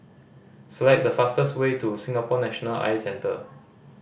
select the fastest way to Singapore National Eye Center